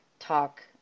Talk